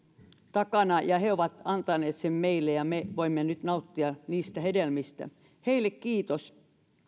takana ja he ovat antaneet sen meille ja me voimme nyt nauttia niistä hedelmistä heille kiitos